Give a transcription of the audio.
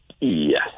Yes